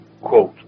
quote